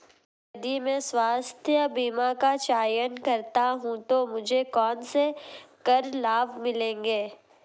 यदि मैं स्वास्थ्य बीमा का चयन करता हूँ तो मुझे कौन से कर लाभ मिलेंगे?